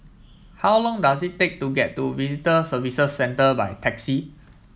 how long does it take to get to Visitor Services Centre by taxi